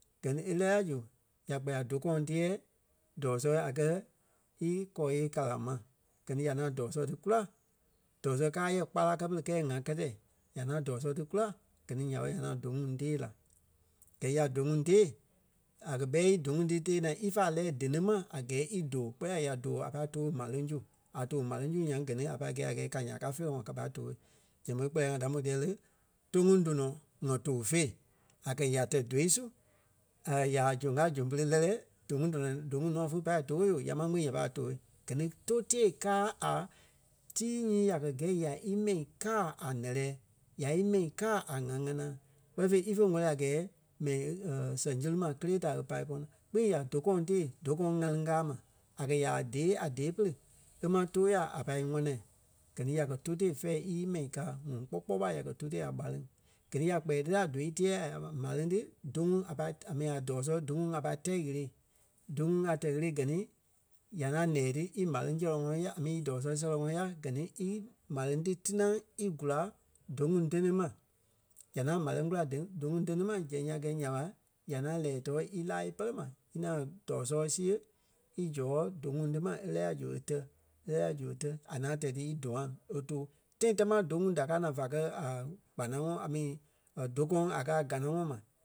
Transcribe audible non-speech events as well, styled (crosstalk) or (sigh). gɛ ni é lɛ́ɛ la zu ya kpɛɛ a dou kɔ̃ɔŋ teɛ́ɛ dɔɔ-sɔ̂ɔ a kɛ̀ íkɔɔ kala ma. Gɛ ni ya ŋaŋ dɔɔ-sɔ̂ɔ dí kula; dɔɔ-sɔ̂ɔ káa yɛ gbala kɛ pere kɛɛ ŋa kɛtɛi. ŋa ŋaŋ dɔɔ-sɛ̂ɔ ti kula gɛ ni nya ɓé ya ŋȧn dou ŋuŋ tée la. Gɛi ya dou ŋuŋ tée a kɛ̀ ɓɛ í dou ŋuŋ tée naa ífa lɛ́ɛ díniŋ ma a gɛɛ í dóo. Kpɛɛ la ya dóo ya pâi too m̀áleŋ su. A tóo m̀áleŋ su nyaŋ gɛ ni a pai kɛi a gɛɛ ya ka feerɛ ŋɔɔ ka pâi too. Sɛŋ ɓé kpɛlɛɛ ŋai mò díyɛ lé, tóu ŋuŋ tɔnɔ ŋɔ tóu fé a kɛ̀ ya tɛ̀ dóui su (hesitation) ya ǹzoŋ zoŋ pere lɛ́lɛ dou ŋuŋ tɔnɔ dou ŋuŋ fé pai tóo yoooo ya máŋ kpîŋ ya pai tooi. Gɛ ni tóu tée káa a tii nyii ya kɛ̀ gɛi ya í mɛi káa a lɛ́lɛ. Ya ímɛi káa a ŋ̀á-ŋanaa kpɛɛ fêi ífe wɛ́lii a gɛɛ mɛni (hesitation) sɛŋ zéri ma kélee da e pai e pɔ́-naa. Kpìŋ ya dou kɔ̃ɔŋ tée dou kɔ̃ɔŋ ɣâleŋ káa ma. A kɛ̀ ya ɓa dée a dée pere e máŋ tóo ya a pai íŋwana. Gɛ ni ya kɛ̀ tóu tée fɛ̂ɛ ímɛi kàa ŋɔŋ kpɔ́ kpɔɔi ɓa ya kɛ tóu tée a ɓáleŋ. Gɛ ni ya kpɛɛ ti la dóui teɛ́ɛ (hesitation) m̀áleŋ ti dou ŋuŋ a pai a mi a dɔɔ-sɔ̂ɔ doui ŋuŋ a pai tɛ̀ ɣele. Dou ŋuŋ a tɛ̀ ɣele gɛ ni ya ŋaŋ ǹɛɛ ti í m̀áleŋ zɛlɛŋ ŋɔnɔ ya a mi í dɔɔ-sɔ̂ɔ sɛlɛŋ ŋɔnɔ ya gɛ ni í m̀áleŋ ti tinaa í gula dou ŋuŋ téniŋ ma. Ya ŋaŋ m̀áleŋ kula diŋ- dou ŋuŋ téniŋ ma sɛŋ ya gɛi nya ɓa, a ŋaŋ lɛ́ɛ tɔ́ɔ ílaa í pɛlɛ ma íŋaŋ dɔɔ-sɔ̂ɔ siɣe í zɔɔ dou ŋuŋ ti ma é lɛ́ɛ la zu e tɛ̀. É lɛ́ɛ la zu e tɛ̀. A ŋaŋ tɛ̀ ti í dûaŋ o dóo. Tãi tamaa dou ŋuŋ da káa naa va kɛ̀ a kpanaŋɔɔ a mi e dou kɔ̃ɔŋ a kàa a kanaŋɔɔ ma.